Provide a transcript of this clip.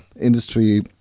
industry